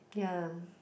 ya